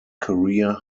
career